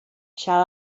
shall